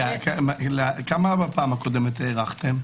כמה בפעם הקודמת הארכתם?